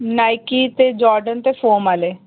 नाईक ते जोर्डन ते फोम आह्ले